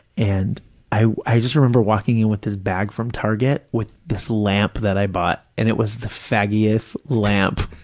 and i i just remember walking in with his bag from target with this lamp that i bought, and it was the faggiest lamp,